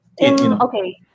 Okay